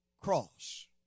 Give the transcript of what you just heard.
cross